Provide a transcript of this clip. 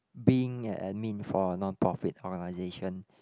being a admin for a non profit organization